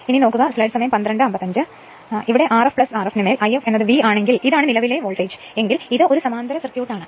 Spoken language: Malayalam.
അതിനാൽ Rf Rf ന് മേൽ If V ആണെങ്കിൽ ഇതാണ് നിലവിലെ വോൾട്ടേജ് എങ്കിൽ ഇത് ഒരു സമാന്തര സർക്യൂട്ട് ആണ്